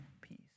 peace